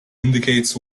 indicates